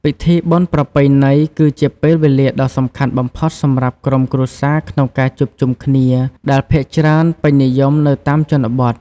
ពិធីបុណ្យប្រពៃណី គឺជាពេលវេលាដ៏សំខាន់បំផុតសម្រាប់ក្រុមគ្រួសារក្នុងការជួបជុំគ្នា ដែលភាគច្រើនពេញនិយមនៅតាមជនបទ ។